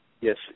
Yes